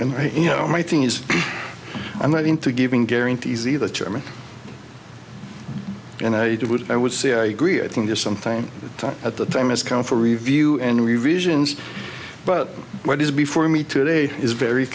and you know my thing is i'm not into giving guarantees either chairman and i would i would say i agree i think there's something at the time has come for review and we regions but when before me today is very